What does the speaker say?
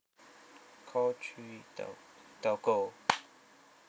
call three tel~ telco